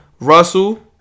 Russell